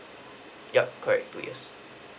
yup correct two years